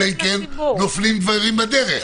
אלא אם כן נופלים דברים בדרך.